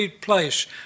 place